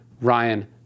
Ryan